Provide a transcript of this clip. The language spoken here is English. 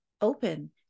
open